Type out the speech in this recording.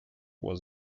was